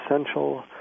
essential